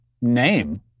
name